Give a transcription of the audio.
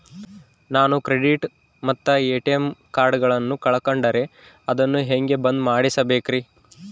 ನಾನು ಕ್ರೆಡಿಟ್ ಮತ್ತ ಎ.ಟಿ.ಎಂ ಕಾರ್ಡಗಳನ್ನು ಕಳಕೊಂಡರೆ ಅದನ್ನು ಹೆಂಗೆ ಬಂದ್ ಮಾಡಿಸಬೇಕ್ರಿ?